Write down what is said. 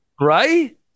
right